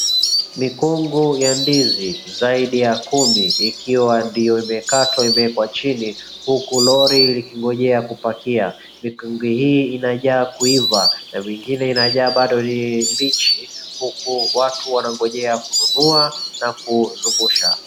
Mikungu ya ndizi zaidi ya kumi ikiwa ndo imekatwa imewekwa chini huku lori likingoja kupakia. Mikungu hii inajaa kuiva na mengine bado inajaa ni mbichi huku watu wanangojea kununua na kuzungusha.